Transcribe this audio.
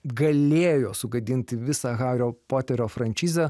galėjo sugadinti visą hario poterio franšizę